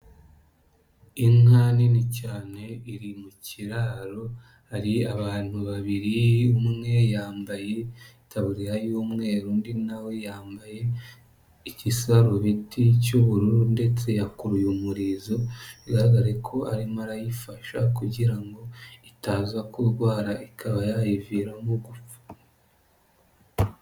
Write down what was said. Inka nini cyane iri mu kiraro hari abantu babiri umwe yambaye itabuririya y'umweru undi nawe yambaye ikisarubiti cy'ubururu ndetse yakuruye umurizo bigaragara ko arimo arayifasha kugira ngo itaza kurwara ikaba byayiviramo gupfa.